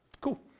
Cool